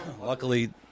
luckily